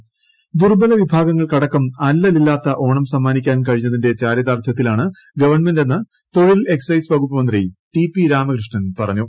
അല്ലലില്പാത്ത ഓണം ദുർബല വിഭാഗങ്ങൾക്കടക്കം അല്ലലില്ലാത്ത ഓണം സമ്മാനിക്കാൻ കഴിഞ്ഞതിന്റെ ചാരിതാർഥ്യത്തിലാണ് ഗവൺമെന്റെന്ന് തൊഴിൽ എക്സൈസ് വകുപ്പ് മന്ത്രി ടി പി രാമകൃഷ്ണൻ പറഞ്ഞു